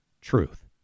truth